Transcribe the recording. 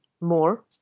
more